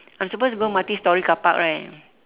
I'm supposed to go multi storey carpark run